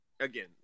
Again